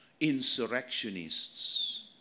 insurrectionists